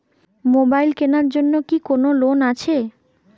Mobile কেনার জন্য কি কোন লোন আছে?